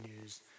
news